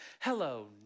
Hello